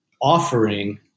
offering